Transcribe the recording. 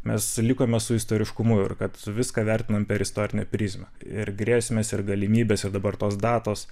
mes likome su istoriškumu ir kad viską vertinam per istorinę prizmę ir grėsmes ir galimybes ir dabar tos datos